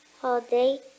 holiday